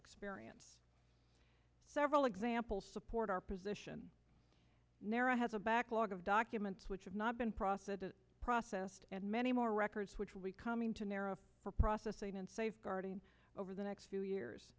experience several example support our position narrow has a backlog of documents which have not been processed the process and many more records which will be coming to narrow for processing and safeguarding over the next few years